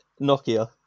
Nokia